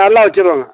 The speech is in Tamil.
எல்லாம் வைச்சுருவோங்க